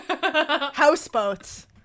houseboats